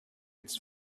its